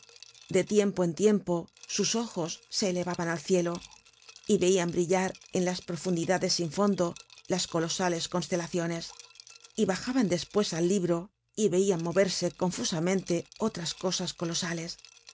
de tiempo en tiempo sus ojos se elevaban al cielo y veian brillar en las profundidades sin fondo las colosales constelaciones y bajaban despues al libro y veian moverse confusamente otras cosas colosales